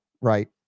right